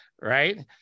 right